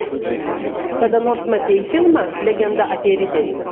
kada nors matei filmą legenda apie riterį